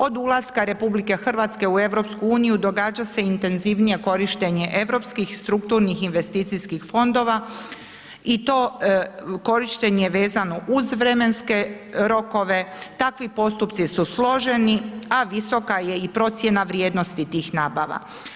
Od ulaska RH u EU događa se intenzivnije korištenje europskih strukturnih investicijskih fondova i to korištenje vezano uz vremenske rokove, takvi postupci su složeni a visoka je i procjena vrijednosti tih nabava.